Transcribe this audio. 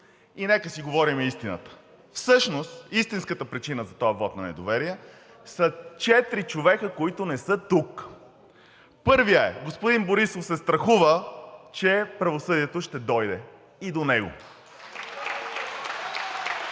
Нека си говорим истината и всъщност истинската причина за този вот на недоверие са четири човека, които не са тук. Първият, господин Борисов, се страхува, че правосъдието ще дойде и до него.